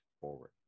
forward